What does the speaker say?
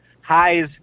highs